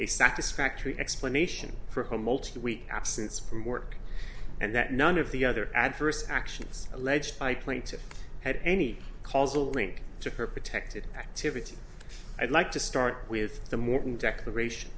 a satisfactory explanation for the week absence from work and that none of the other adverse actions alleged by plaintiff had any causal link to her protected activity i'd like to start with the morton declaration